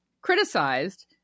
criticized